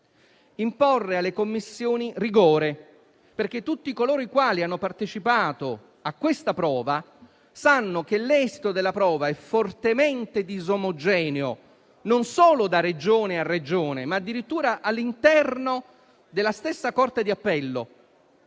Imporre alle commissioni rigore, perché tutti coloro i quali hanno partecipato a questa prova sanno che il suo esito è fortemente disomogeneo non solo da Regione a Regione, ma addirittura all'interno della stessa corte d'appello